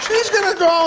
he's gonna go